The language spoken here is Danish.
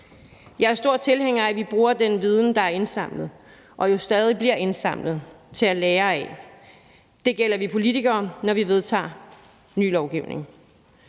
Jeg er stor tilhænger af, at vi bruger den viden, der er indsamlet og stadig bliver indsamlet, til at lære af. Det gælder vi politikere, når vi vedtager ny lovgivning,